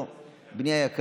אמרתי לו: בני היקר,